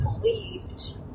believed